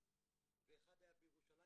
ואחד היה בירושלים.